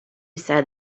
said